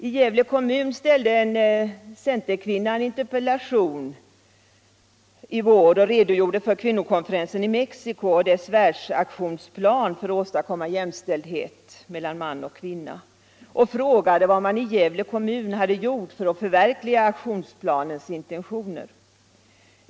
I Gävle kommun ställde en centerkvinna en interpellation denna vår, där hon redogjorde för kvinnokonferensen i Mexico och dess världsaktionsplan för att åstadkomma jämställdhet mellan man och kvinna och frågade vad man i Gävle kommun gjorde för att förverkliga aktionsplanens intentioner.